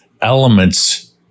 elements